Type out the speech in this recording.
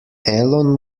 elon